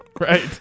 Right